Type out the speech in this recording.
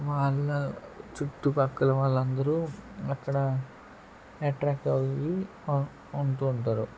వాళ్ళ చుట్టుపక్కల వాళ్ళందరూ అక్కడ అట్రాక్ట్ అయ్యి ఉంటూ ఉంటారు